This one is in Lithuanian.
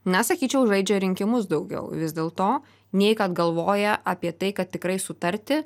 na sakyčiau žaidžia rinkimus daugiau vis dėlto nei kad galvoja apie tai kad tikrai sutarti